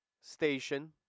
station